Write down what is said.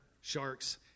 sharks